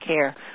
care